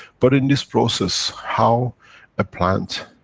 but in this process, how a plant,